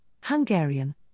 Hungarian